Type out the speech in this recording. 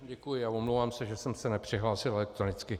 Děkuji a omlouvám se, že jsem se nepřihlásil elektronicky.